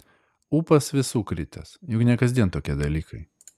ūpas visų kritęs juk ne kasdien tokie dalykai